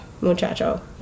Muchacho